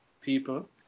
people